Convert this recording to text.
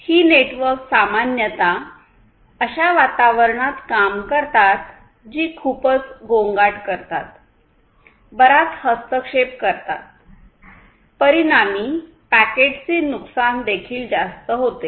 ही network सामान्यत अशा वातावरणात काम करतात जी खूपच गोंगाट करतात बराच हस्तक्षेप करतात परिणामी पॅकेटचे नुकसान देखील जास्त होते